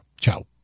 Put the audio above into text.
Ciao